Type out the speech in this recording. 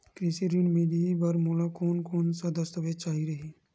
कृषि ऋण मिलही बर मोला कोन कोन स दस्तावेज चाही रही?